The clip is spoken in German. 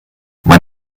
man